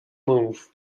move